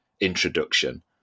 introduction